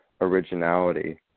originality